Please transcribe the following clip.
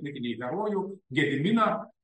mitinį herojų gediminą